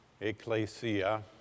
ecclesia